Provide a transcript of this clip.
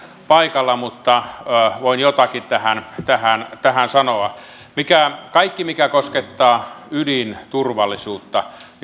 paikalla mutta voin jotakin tähän tähän sanoa kaikki mitkä koskettavat ydinturvallisuutta